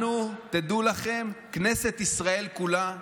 אנחנו, תדעו לכם, כנסת ישראל כולה,